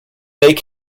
make